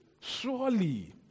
Surely